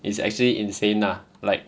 it's actually insane lah like